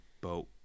boat